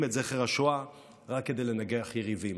את זכר השואה רק כדי לנגח יריבים,